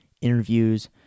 interviews